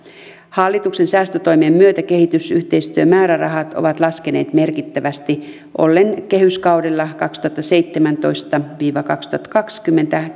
hallituksen säästötoimien myötä kehitysyhteistyömäärärahat ovat laskeneet merkittävästi ollen kehyskaudella kaksituhattaseitsemäntoista viiva kaksituhattakaksikymmentä